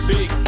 Big